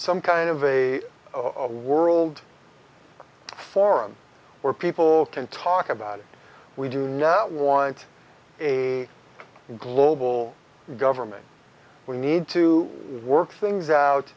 some kind of a world forum where people can talk about it we do not want a global government we need to work things out